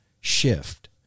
shift